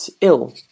ill